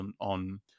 on